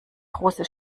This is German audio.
große